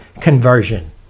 conversion